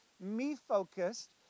me-focused